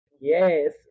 Yes